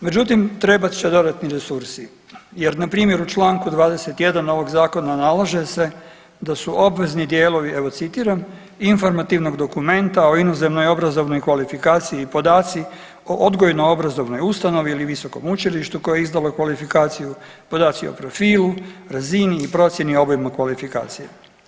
Međutim, trebat će dodatni resursi jer npr. u Članku 21. ovog zakona nalaže se da su obvezni dijelovi evo citiram, informativnog dokumenta o inozemnoj obrazovnoj kvalifikaciji i podaci o odgojno obrazovnoj ustanovi ili visokom učilištu koje je izdalo kvalifikaciju podaci o profilu, razini i procjeni obima kvalifikacije.